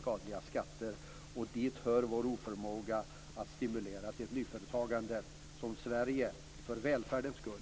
skadliga skatter och vår oförmåga att stimulera till nyföretagande, något som Sverige skulle behöva göra för välfärdens skull.